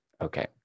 Okay